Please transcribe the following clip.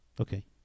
Okay